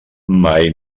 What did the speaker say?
mai